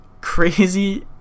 crazy